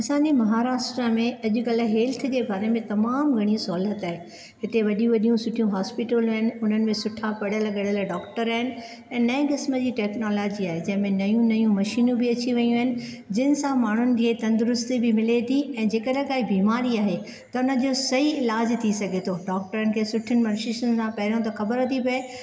असां जे महाराष्ट्र में अॼु कल हेल्थ जे बारे में तमामु घणी सहूलत आहे हिते वॾियूं वॾियूं सुठियूं हॉस्पिटल आहिनि हुन में सुठा पढ़ीयल गढ़ीयल डॉक्टर आहिनि ऐं नए क़िस्म जी टेक्नोलॉजी आहे जंहिं में नयूं नयूं मशीनियूं बि अची वयूं आहिनि जिनि सां माण्हुनि खे तंदुरस्ती बि मिले थी ऐं जेकॾहिं काई बिमारी आहे त हुन जो सही इलाजु थी सघे थो डॉक्टरनि खे सुठियूं मशीनुनि सां पहिरियो त ख़बर थी पए